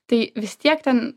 tai vis tiek ten